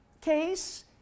case